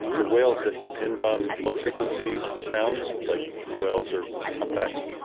the whales that depend on low frequency sounds like blue whales or humpbacks